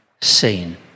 seen